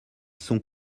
sont